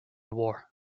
war